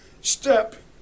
step